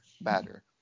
better